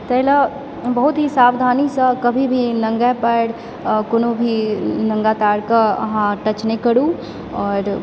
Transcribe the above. ताहिलऽ बहुत ही सावधानीसँ कभी भी नंगे पएर कोनो भी नङ्गा तारकऽ अहाँ टच नहि करु आओर